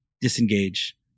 disengage